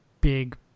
big